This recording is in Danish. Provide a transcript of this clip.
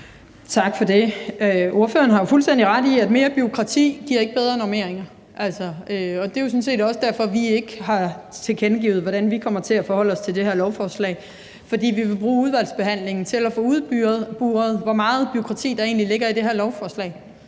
Tak for det. Ordføreren har jo fuldstændig ret i, at mere bureaukrati ikke giver bedre normeringer, og det er jo sådan set også derfor, vi ikke har tilkendegivet, hvordan vi kommer til at forholde os til det her lovforslag. For vi vil bruge udvalgsbehandlingen til at få udboret, hvor meget bureaukrati der egentlig ligger i det her lovforslag.